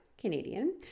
Canadian